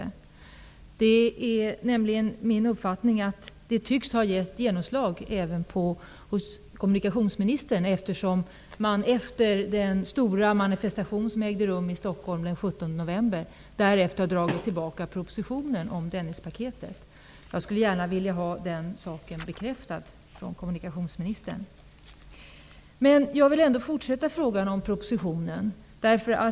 Min uppfattning är nämligen den att det tycks ha fått genomslag även hos kommunikationsministern, eftersom man efter den stora manifestation som ägde rum i Stockholm den Dennispaketet. Jag skulle gärna vilja ha den saken bekräftad av kommunikationsministern. Jag vill fortsätta med frågan om propositionen.